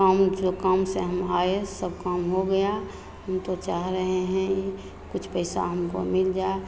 काम जो काम से हम ये सब काम हो गया हम तो चाह रहे हैं कुछ पैसा हमको मिल जाए